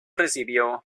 recibió